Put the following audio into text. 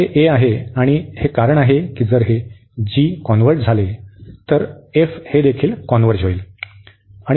तर हे a आहे आणि हे कारण आहे की जर हे g कॉन्व्हर्ज झाले तर f देखील कॉन्व्हर्ज होईल